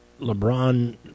LeBron